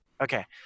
Okay